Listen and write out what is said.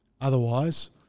Otherwise